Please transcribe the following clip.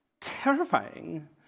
terrifying